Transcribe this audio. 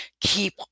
keep